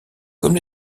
comme